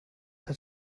der